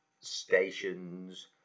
stations